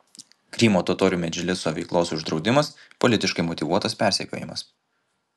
krymo totorių medžliso veiklos uždraudimas politiškai motyvuotas persekiojimas